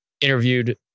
interviewed